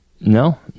No